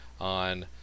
on